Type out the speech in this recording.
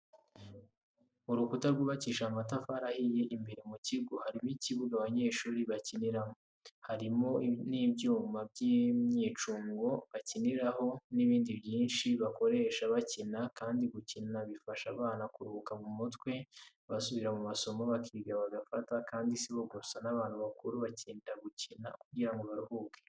Urukuta rwubakishije amatafari ahiye imbere mu kigo harimo ikibuga abanyeshuri bakiniramo, harimo n'ibyuma by'imyicungo bakiniraho n'ibindi byinshi bakoresha bakina kandi gukina bifasha abana kuruhuka mu mutwe, basubira mu masomo bakiga bagafata kandi si bo gusa n'abantu bakuru bakenera gukina kugira ngo baruhuke.